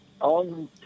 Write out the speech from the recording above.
On